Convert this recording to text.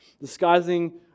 disguising